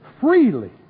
freely